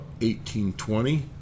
1820